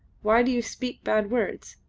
why do you speak bad words?